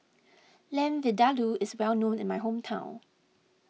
Lamb Vindaloo is well known in my hometown